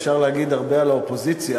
אפשר להגיד הרבה על האופוזיציה,